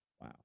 wow